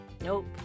Nope